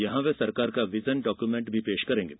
यहां वे सरकार का विजन डॉक्यूमेंट पेश करेंगे